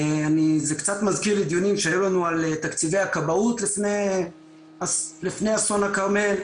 זה קצת מזכיר לי דיונים שהיו לנו על תקציבי הכבאות לפני אסון הכרמל,